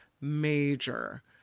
major